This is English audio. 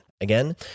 Again